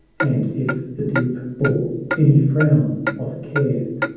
and if the deep bore any frown of care,